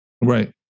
Right